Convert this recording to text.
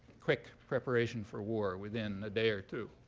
quick preparation for war, within a day or two.